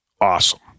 awesome